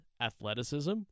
athleticism